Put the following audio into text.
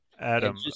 Adam